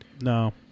No